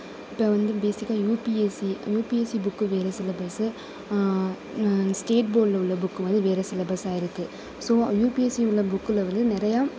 இப்போ வந்து பேசிக்கா யுபிஎஸ்சி யுபிஎஸ்சி புக்கு வேறு சிலபஸ்ஸு ந ஸ்டேட் போர்டில் உள்ள புக்கு வந்து வேறு சிலபஸ்ஸாக இருக்குது ஸோ யுபிஎஸ்சி உள்ளே புக்கில் வந்து நிறையா